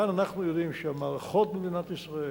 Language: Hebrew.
כאן אנחנו יודעים שהמערכות במדינת ישראל